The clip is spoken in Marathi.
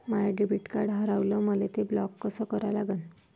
माय डेबिट कार्ड हारवलं, मले ते ब्लॉक कस करा लागन?